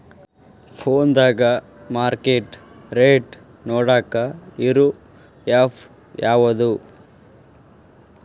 ಫೋನದಾಗ market rate ನೋಡಾಕ್ ಇರು ಆ್ಯಪ್ ಯಾವದು?